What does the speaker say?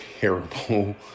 terrible